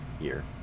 year